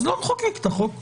אז לא נחוקק את הסעיף.